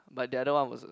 but the other one was a